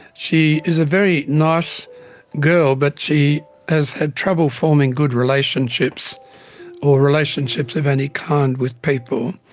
she is a very nice girl but she has had trouble forming good relationships or relationships of any kind with people.